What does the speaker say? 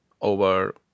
over